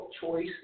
choice